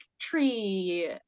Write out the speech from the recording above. tree